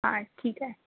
हं ठीक आहे